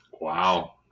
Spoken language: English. Wow